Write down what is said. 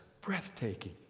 breathtaking